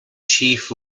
chief